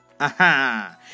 Aha